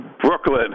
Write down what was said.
Brooklyn